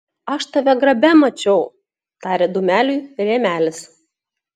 aš tave grabe mačiau tarė dūmeliui rėmelis